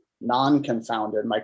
non-confounded